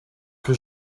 que